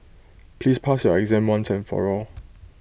please pass your exam once and for all